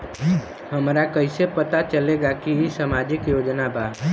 हमरा के कइसे पता चलेगा की इ सामाजिक योजना बा?